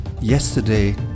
yesterday